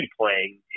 playing